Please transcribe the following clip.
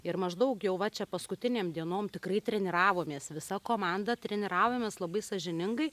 ir maždaug jau va čia paskutinėm dienom tikrai treniravomės visa komanda treniravomės labai sąžiningai